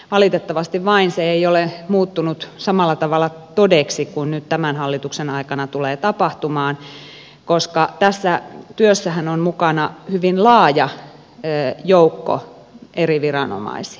valitettavasti vain se ei ole muuttunut samalla tavalla todeksi kuin nyt tämän hallituksen aikana tulee tapahtumaan koska tässä työssähän on mukana hyvin laaja joukko eri viranomaisia